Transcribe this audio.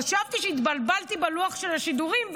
חשבתי שהתבלבלתי בלוח השידורים,